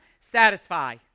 Satisfy